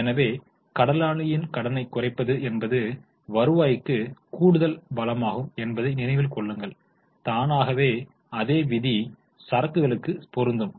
எனவே கடனாளியின் கடனை குறைப்பது என்பது வருவாய்க்கு கூடுதல் பலமாகும் என்பதை நினைவில் கொள்ளுங்கள் தானாகவே அதே விதி சரக்குகளுக்கு பொருந்தும்